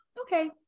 Okay